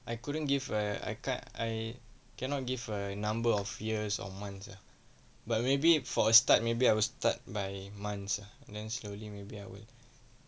I couldn't give a I ca~ I cannot give a number of years or months ah but maybe for a start maybe I will start by months ah then slowly maybe I will